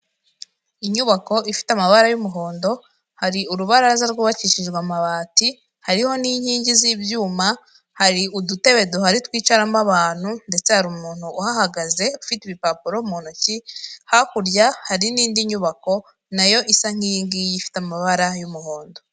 Inyubako ifite amabara y'umuhondo hari urubaraza rwubakishijwe amabati hariho n'inkingi z'ibyuma, hari udutebe duhari twicaramo abantu ndetse hari umuntu uhagaze ufite ibipapuro mu ntoki hakurya hari n'indi nyubako nayo isa nkingi ifite amabara y'umuhondo.